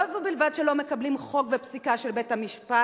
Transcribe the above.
לא זו בלבד שלא מקבלים חוק ופסיקה של בית-המשפט,